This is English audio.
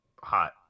hot